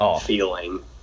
feeling